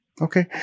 Okay